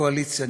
הקואליציה,